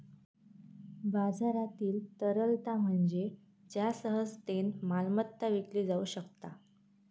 बाजारातील तरलता म्हणजे ज्या सहजतेन मालमत्ता विकली जाउ शकता